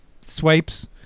swipes